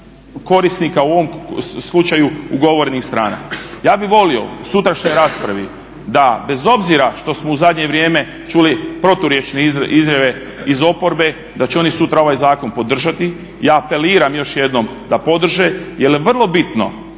korisnika u ovom slučaju ugovorenih strana. Ja bih volio u sutrašnjoj raspravi da bez obzira što smo u zadnje vrijeme čuli proturječne izjave iz oporbe da će oni sutra ovaj zakon podržati, ja apeliram još jednom da podrže. Jer je vrlo bitno